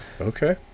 Okay